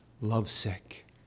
lovesick